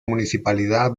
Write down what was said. municipalidad